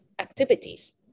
activities